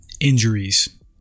injuries